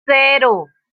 cero